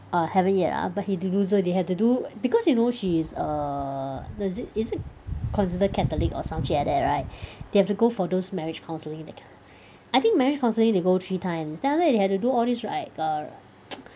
uh haven't yet ah but he didn't do so they had to do because you know she's err does it is it considered catholic or some shit like that right they had to go for those marriage counselling that kind I think marriage counselling they go three times then after that they have to do all these ritual right